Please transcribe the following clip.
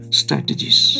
strategies